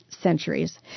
centuries